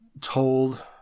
told